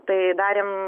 tai darėm